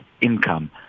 income